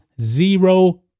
zero